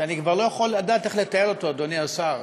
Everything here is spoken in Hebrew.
שאני כבר לא יודע איך לתאר אותו, אדוני השר.